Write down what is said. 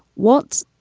what?